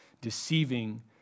deceiving